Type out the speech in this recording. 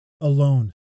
alone